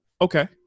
Okay